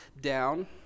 down